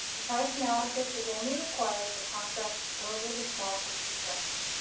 a price analysis is only required for contracts over the small purchase threshold.